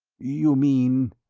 you mean?